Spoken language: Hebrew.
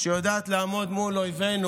שיודעת לעמוד מול אויבינו